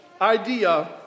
idea